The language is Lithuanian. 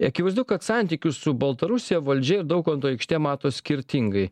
akivaizdu kad santykius su baltarusija valdžia ir daukanto aikštė mato skirtingai